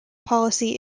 policy